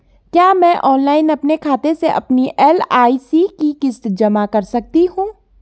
क्या मैं ऑनलाइन अपने खाते से अपनी एल.आई.सी की किश्त जमा कर सकती हूँ?